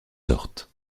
sortes